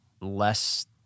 less